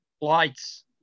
lights